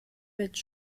mit